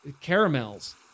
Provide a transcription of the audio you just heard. caramels